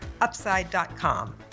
Upside.com